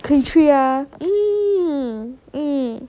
patria mm hmm